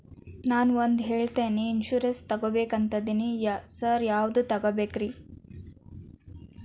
ನಾನ್ ಒಂದ್ health insurance ತಗಬೇಕಂತಿದೇನಿ sir ಯಾವದ ತಗಬೇಕ್ರಿ?